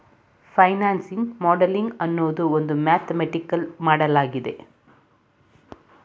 financing modelling ಅನ್ನೋದು ಒಂದು mathematical ಮಾಡಲಾಗಿದೆ